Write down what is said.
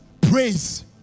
praise